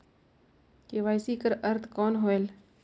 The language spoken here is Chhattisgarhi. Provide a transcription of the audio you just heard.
के.वाई.सी कर अर्थ कौन होएल?